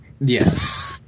Yes